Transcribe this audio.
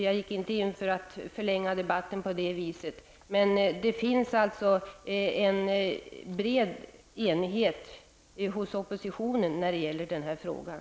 Jag gick inte in på det här viset för att förlänga debatten, men det finns en bred enighet hos oppositionen när det gäller den här frågan.